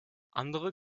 andere